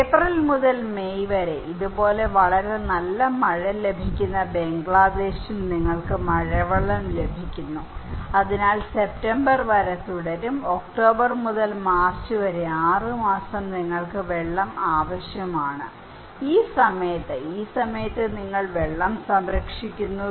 April മുതൽ May വരെ ഇതുപോലെ വളരെ നല്ല മഴ ലഭിക്കുന്ന ബംഗ്ലാദേശിൽ നിങ്ങൾക്ക് മഴവെള്ളം ലഭിക്കുന്നു അതിനാൽ ഇത് സെപ്റ്റംബർ വരെ തുടരും ഒക്ടോബർ മുതൽ മാർച്ച് വരെ 6 മാസം നിങ്ങൾക്ക് വെള്ളം ആവശ്യമാണ് അതിനാൽ ഈ സമയത്ത് ഈ സമയത്ത് നിങ്ങൾ വെള്ളം സംരക്ഷിക്കുന്നു